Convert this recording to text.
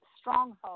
stronghold